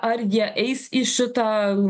ar jie eis į šitą